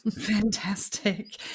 Fantastic